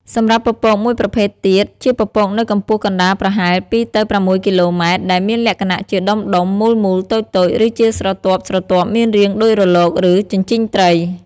សម្រាប់់ពពកមួយប្រភេទទៀតជាពពកនៅកម្ពស់កណ្តាលប្រហែល ២ ទៅ ៦ គីឡូម៉ែត្រ ដែលមានលក្ខណៈជាដុំៗមូលៗតូចៗ ឬជាស្រទាប់ៗមានរាងដូចរលក ឬជញ្ជីងត្រី។